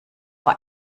war